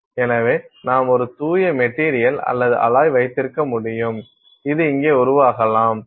எனவே ஆம் ஒரு தூய மெட்டீரியல் அல்லது அலாய் வைத்திருக்க முடியும் இது இங்கே உருவாகலாம்